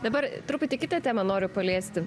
dabar truputį kitą temą noriu paliesti